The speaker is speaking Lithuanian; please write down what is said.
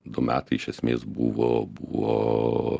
du metai iš esmės buvo buvo